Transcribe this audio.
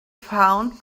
found